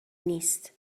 نیست